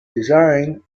design